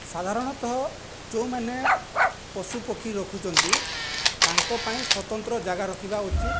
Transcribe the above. ସାଧାରଣତଃ ଯେଉଁମାନେ ପଶୁପକ୍ଷୀ ରଖୁଛନ୍ତି ତାଙ୍କ ପାଇଁ ସ୍ୱତନ୍ତ୍ର ଜାଗା ରଖିବା ଉଚିତ